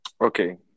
okay